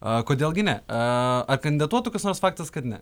kodėl gi ne ar kandidatuotų kas nors faktas kad ne